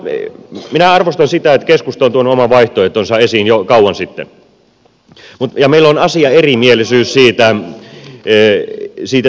minä arvostan sitä että keskusta on tuonut oman vaihtoehtonsa esiin jo kauan sitten ja meillä on asiaerimielisyys siitä sisällöstä